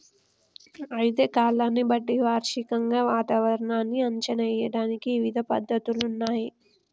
అయితే కాలాన్ని బట్టి వార్షికంగా వాతావరణాన్ని అంచనా ఏయడానికి ఇవిధ పద్ధతులున్నయ్యి